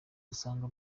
usanga